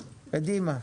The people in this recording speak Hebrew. קדימה.